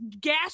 gas